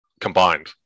combined